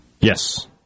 yes